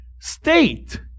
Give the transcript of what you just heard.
state